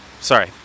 Sorry